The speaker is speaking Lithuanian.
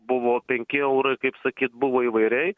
buvo penki eurai kaip sakyt buvo įvairiai